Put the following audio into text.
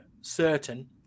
certain